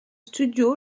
studio